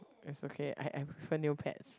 it's okay I I prefer Neopets